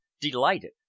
delighted